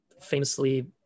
famously